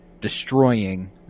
destroying